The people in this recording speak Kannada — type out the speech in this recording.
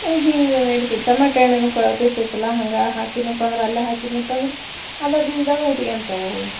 ಹಿಂಗೆ ನಡಿತದೆ ಟಮಾಟೆ ಹಣ್ಣನು ಕೊಳೆತಿರ್ತೈತಲ್ಲ ಹಂಗೆ ಹಾಕಿದ್ನ್ಯಪ್ಪ ಅಂದ್ರೆ ಅಲ್ಲೇ ಹಾಕಿದ್ನ್ಯಪ್ಪ ಅಂದ್ರೆ ಅದು ಬೀಜದಾಗ ಹುಟ್ಕ್ಯಂತವ್ ಅವು